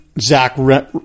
Zach